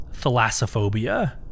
thalassophobia